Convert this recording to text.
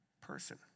person